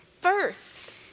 first